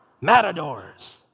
Matadors